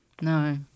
No